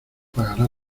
pagará